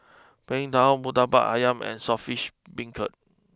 Png Tao Murtabak Ayam and Saltish Beancurd